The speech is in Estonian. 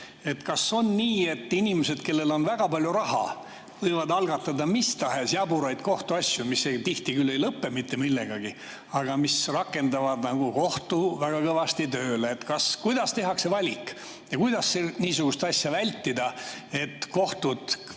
Kas on nii, et inimesed, kellel on väga palju raha, võivad algatada mis tahes jaburaid kohtuasju, mis tihti ei lõpe mitte millegagi, aga mis rakendavad kohtu väga kõvasti tööle? Kuidas tehakse valik ja kuidas niisugust asja vältida? Kohtuasju,